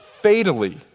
fatally